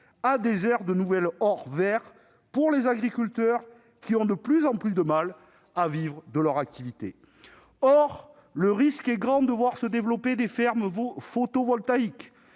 a des airs de nouvel « or vert » pour les agriculteurs, qui ont de plus en plus de mal à vivre de leur activité. Or le risque est grand de voir se développer des fermes photovoltaïques